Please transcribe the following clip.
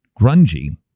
grungy